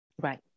Right